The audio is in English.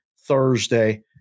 Thursday